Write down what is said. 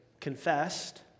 confessed